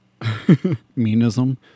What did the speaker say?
Meanism